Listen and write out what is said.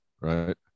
right